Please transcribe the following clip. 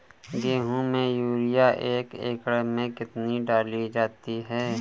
गेहूँ में यूरिया एक एकड़ में कितनी डाली जाती है?